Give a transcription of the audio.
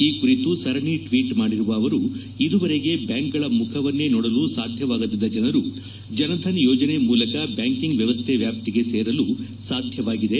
ಈ ಕುರಿತು ಸರಣಿ ಟ್ವೀಟ್ ಮಾಡಿರುವ ಅವರು ಇದುವರೆಗೆ ಬ್ಲಾಂಕ್ಗಳ ಮುಖವನ್ನೇ ನೋಡಲು ಸಾಧ್ಯವಾಗದಿದ್ದ ಜನರು ಜನ್ಧನ್ ಯೋಜನೆ ಮೂಲಕ ಬ್ಯಾಂಕಿಂಗ್ ವ್ಯವಸ್ಥೆ ವ್ಯಾಪ್ತಿಗೆ ಸೇರಲು ಸಾಧ್ಯವಾಗಿದೆ